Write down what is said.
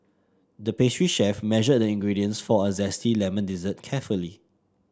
the pastry chef measured the ingredients for a zesty lemon dessert carefully